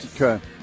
Okay